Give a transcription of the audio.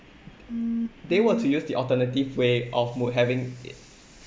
they want to use the alternative way of mode having it